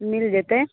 मिल जेतै